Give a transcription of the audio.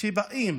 כשבאים